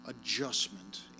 adjustment